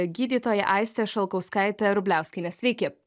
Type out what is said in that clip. gydytoja aiste šalkauskaite rubliauskiene sveiki